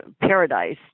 paradise